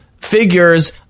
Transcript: figures